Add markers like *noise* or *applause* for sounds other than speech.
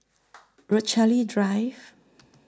*noise* Rochalie Drive